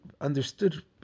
understood